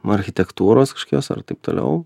architektūros kažkokios ar taip toliau